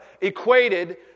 equated